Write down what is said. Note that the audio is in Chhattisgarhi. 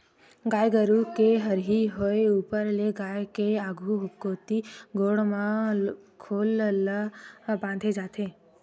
गाय गरु के हरही होय ऊपर ले गाय के आघु कोती गोड़ म खोल ल बांधे जाथे